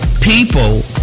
People